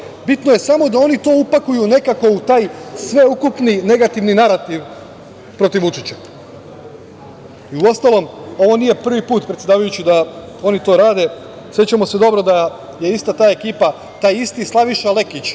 bitno je samo da oni to upakuju nekako u taj sveukupni negativni narativ protiv Vučića. Uostalom, ovo nije prvi put, predsedavajući, da oni to rade. Sećamo se dobro da je ta ista ekipa, taj isti Slaviša Lekić